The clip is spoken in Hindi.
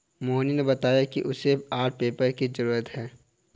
मोहिनी ने बताया कि उसे आर्ट पेपर की जरूरत है